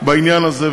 בעניין הזה,